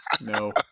No